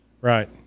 Right